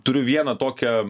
turiu vieną tokią